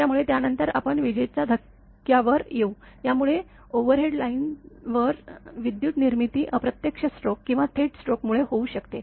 त्यामुळे त्यानंतर आपण विजेच्या धक्क्यावर येऊ त्यामुळे ओव्हरहेड लाईन्सवर विद्युत निर्मिती अप्रत्यक्ष स्ट्रोक किंवा थेट स्ट्रोकमुळे होऊ शकते